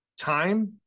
time